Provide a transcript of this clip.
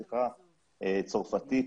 צרפתית,